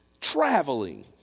traveling